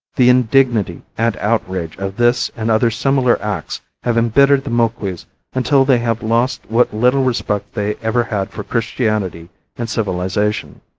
the indignity and outrage of this and other similar acts have embittered the moquis until they have lost what little respect they ever had for christianity and civilization.